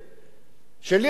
שלי היה הכבוד